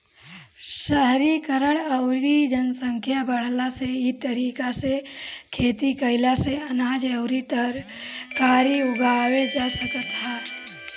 शहरीकरण अउरी जनसंख्या बढ़ला से इ तरीका से खेती कईला से अनाज अउरी तरकारी उगावल जा सकत ह